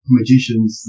magicians